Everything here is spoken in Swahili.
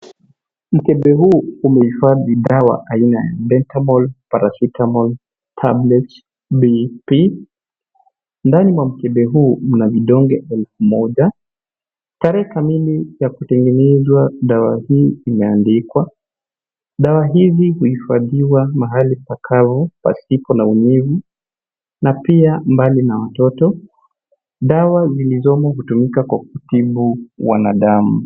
mkebe huu umehifadhi dawa aina ya Betamol paracetamol tablet BP . ndani ya mkebe hii kuna vindoge elfu moja ,tarehe kamili ya kutengenezwa dawa hii imeandikwa. dawa hizi huifadhiwa pakavu pasipo na unyevu na pia mbali na mtoto dawa zilizomo hutumika kwa kutibu wanadamu.